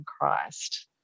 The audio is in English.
Christ